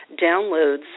downloads